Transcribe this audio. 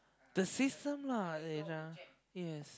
the system lah it yeah yes